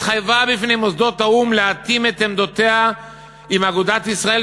התחייבה בפני מוסדות האו"ם להתאים את עמדותיה עם אגודת ישראל,